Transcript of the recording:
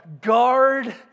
Guard